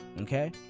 Okay